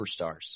superstars